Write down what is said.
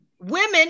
Women